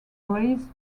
rays